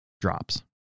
drops